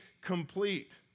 complete